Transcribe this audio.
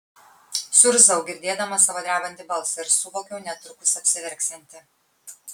suirzau girdėdama savo drebantį balsą ir suvokiau netrukus apsiverksianti